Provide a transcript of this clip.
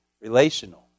relational